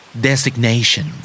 designation